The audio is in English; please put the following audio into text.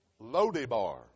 Lodibar